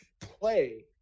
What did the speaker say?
play